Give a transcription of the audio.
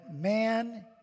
man